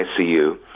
ICU